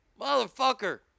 motherfucker